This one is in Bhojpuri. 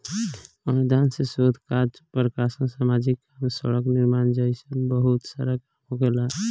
अनुदान से शोध काज प्रकाशन सामाजिक काम सड़क निर्माण जइसन बहुत सारा काम होखेला